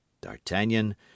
D'Artagnan